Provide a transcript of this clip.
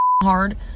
hard